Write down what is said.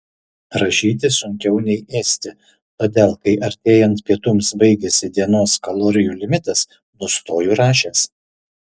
rašyti sunkiau nei ėsti todėl kai artėjant pietums baigiasi dienos kalorijų limitas nustoju rašęs